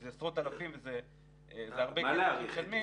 שזה עשרות אלפים והרבה כסף --- את מה להאריך?